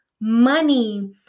money